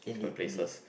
indeed indeed